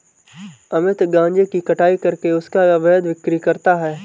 अमित गांजे की कटाई करके उसका अवैध बिक्री करता है